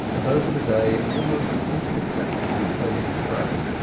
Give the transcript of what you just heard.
and over the day an almost imperceptible shade had crept.